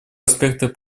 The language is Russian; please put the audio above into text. аспектах